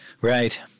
Right